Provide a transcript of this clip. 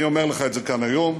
ואני אומר את זה כאן היום.